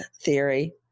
theory